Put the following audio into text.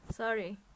Sorry